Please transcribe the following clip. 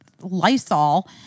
Lysol